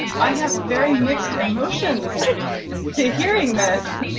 i have very mixed emotions hearing this.